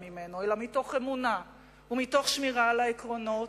אלא מתוך אמונה ומתוך שמירה על העקרונות,